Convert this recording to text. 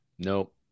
Nope